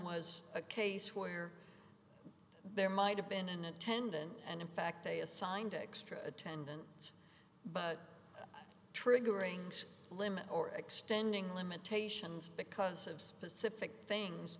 was a case where there might have been an attendant and in fact they assigned extra attendance but triggering limit or extending limitations because of depict things